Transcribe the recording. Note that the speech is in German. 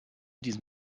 diesem